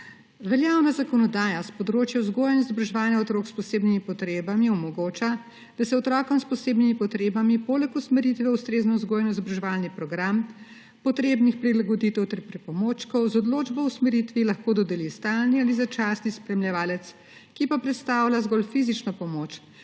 Veljavna zakonodaja s področja vzgoje in izobraževanja otrok s posebnimi potrebami omogoča, da se otrokom s posebnimi potrebami poleg usmeritve v ustrezen vzgojno-izobraževalni program potrebnih prilagoditev ter pripomočkov z odločbo o usmeritvi lahko dodeli stalni ali začasni spremljevalec, ki pa predstavlja zgolj fizično pomoč,